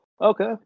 Okay